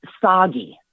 soggy